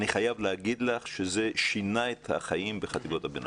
אני חייב לומר לך שזה שינה את החיים בחטיבות הביניים.